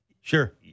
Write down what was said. sure